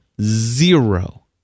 zero